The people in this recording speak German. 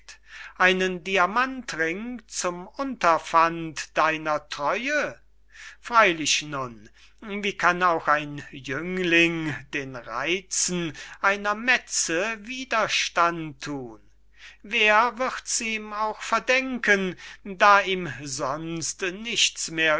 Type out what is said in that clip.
einen diamantring zum unterpfand deiner treue freylich nun wie kann auch ein jüngling den reitzen einer metze widerstand thun wer wird's ihm auch verdenken da ihm sonst nichts